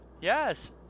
Yes